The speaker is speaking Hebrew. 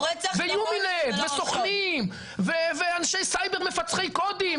ויומינט וסוכנים ואנשי סייבר מפצחי קודים,